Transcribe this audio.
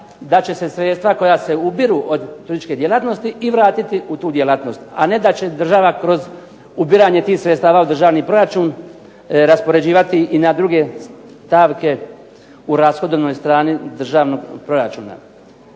da će se sredstva koja se ubiru od turističke djelatnosti i vratiti u tu djelatnost, a ne da će država kroz ubiranje tih sredstava u državni proračun raspoređivati i na druge stavke u rashodovnoj strani državnog proračuna.